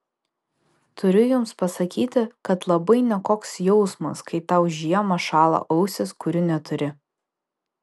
turiu jums pasakyti kad labai nekoks jausmas kai tau žiemą šąla ausys kurių neturi